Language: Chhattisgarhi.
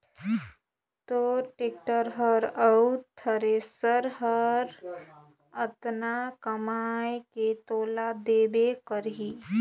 तोर टेक्टर हर अउ थेरेसर हर अतना कमाये के तोला तो देबे करही